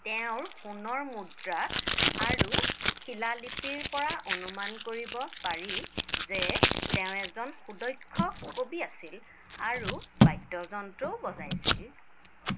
তেওঁৰ সোণৰ মুদ্ৰা আৰু শিলালিপিৰ পৰা অনুমান কৰিব পাৰি যে তেওঁ এজন সুদক্ষ কবি আছিল আৰু বাদ্যযন্ত্ৰও বজাইছিল